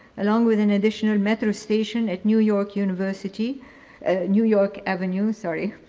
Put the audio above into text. along with an additional metro station at new york university new york avenue, sorry,